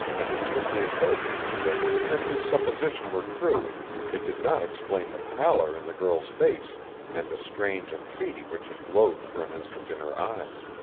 and it quickly occurred to him that even if his supposition were true it did not explain the pallor in the girl's face and the strange entreaty which had glowed for an instant in her eyes.